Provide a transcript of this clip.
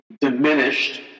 diminished